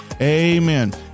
Amen